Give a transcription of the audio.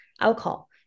alcohol